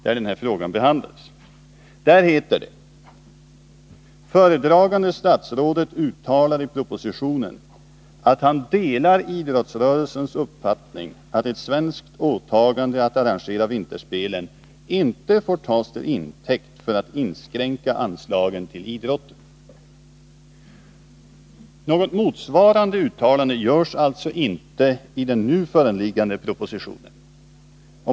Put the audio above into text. Där heter det: ”Föredragande statsrådet uttalar i propositionen att han delar idrottsrörelsens uppfattning att ett svenskt åtagande att arrangera vinterspelen inte får tas till intäkt för att inskränka anslagen till idrotten.” Något motsvarande uttalande görs alltså inte i den nu föreliggande propositionen.